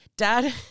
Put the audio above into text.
Dad